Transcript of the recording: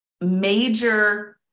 major